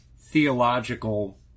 theological